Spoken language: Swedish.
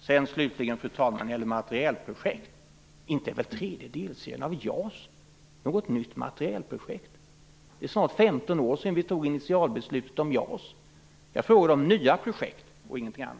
När det slutligen, fru talman, gäller materielprojekt: Inte är väl tredje delserien av JAS något nytt materielprojekt. Det är snart 15 år sedan som vi fattade initialbeslutet om JAS. Det är här fråga om nya projekt och ingenting annat.